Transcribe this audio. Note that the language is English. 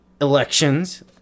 elections